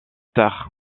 tard